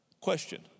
Question